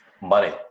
money